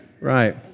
Right